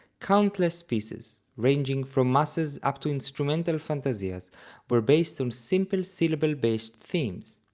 countless pieces, ranging from masses up to instrumental fantasias were based on simple syllable based themes.